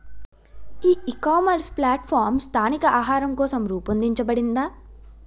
ఈ ecommerce platform స్థానిక ఆహారం కోసం రూపొందించబడిందా?